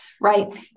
right